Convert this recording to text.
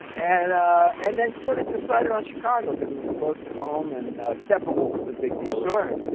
and ah and then sort of decided on chicago because it was close to home and steppenwolf was a big deal. sure. you